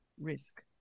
risk